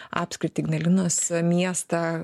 apskritį ignalinos miestą